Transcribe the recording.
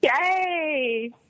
Yay